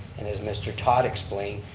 and as mr. todd explained,